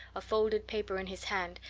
a folded paper in his hand,